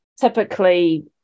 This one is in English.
typically